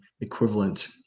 equivalent